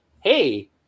hey